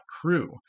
crew